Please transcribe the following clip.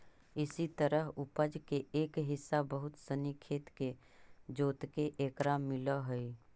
इसी तरह उपज के एक हिस्सा बहुत सनी खेत के जोतके एकरा मिलऽ हइ